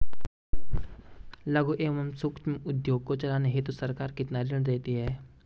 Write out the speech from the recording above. लघु एवं सूक्ष्म उद्योग को चलाने हेतु सरकार कितना ऋण देती है?